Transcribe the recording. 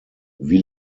wie